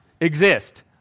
exist